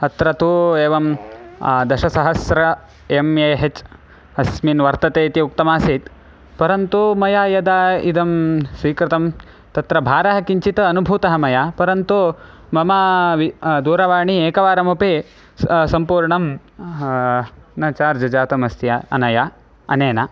तत्र तु एवं दशसहस्रम् एम् ए हेच् अस्मिन् वर्तते इति उक्तमासीत् परन्तु मया इदं स्वीकृतं तत्र भारः किञ्चित् अनुभूतः मया परन्तु मम वि दूरवाणी एकवारमपि स् सम्पूर्णं न चार्ज् जातमस्ति अनया अनेन